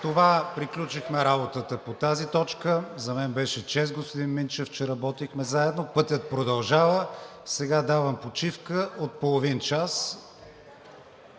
това приключихме работата по тази точка. За мен беше чест, господин Минчев, че работихме заедно. Пътят продължава. Госпожа Десислава Атанасова